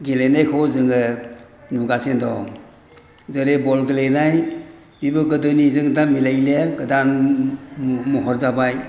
गेलेनायखौ जोङो नुगासिनो दं जेरै बल गेलेनाय बेबो गोदोनिजों दा मिलायलिया गोदान महर जाबाय